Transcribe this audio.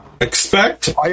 Expect